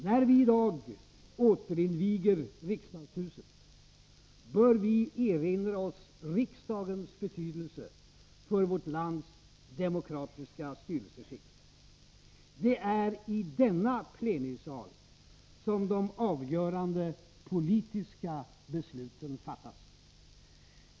När vi i dag återinviger riksdagshuset bör vi erinra oss riksdagens betydelse för vårt lands demokratiska styrelseskick. Det är i denna plenisal som de avgörande politiska besluten fattas.